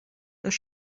does